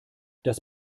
das